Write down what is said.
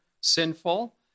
sinful